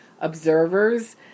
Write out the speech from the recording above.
observers